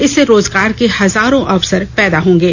इससे रोजगार के हजारो अवसर पैदा होंगे